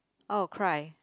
oh cry